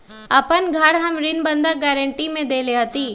अपन घर हम ऋण बंधक गरान्टी में देले हती